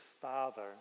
father